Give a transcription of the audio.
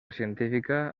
científica